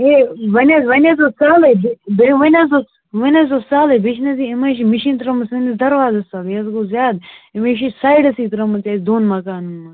ہے وۄنۍ حظ وۄنۍ حظ اوس سہلٕے بیٚیہِ بیٚیہِ وۄنۍ حظ اوس وۄنۍ حظ اوس سہلٕے بیٚیہِ چھِنہٕ حظ یہِ یِم حظ چھِ مِشیٖن ترٛٲومٕژ سٲنِس دَروازَس تَل یہِ حظ گوٚو زیادٕ أمۍ حظ چھِ سایڈَسٕے ترٛٲمٕژ اَسہِ دۄن مکانَن منٛز